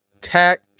Tech